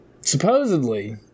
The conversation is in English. supposedly